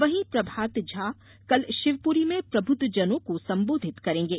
वहीं प्रभात झा कल शिवपुरी में प्रबुद्धजनों को संबोधित करेंगे